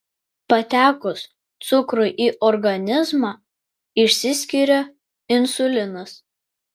patekus cukrui į organizmą išsiskiria insulinas